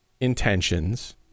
intentions